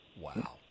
Wow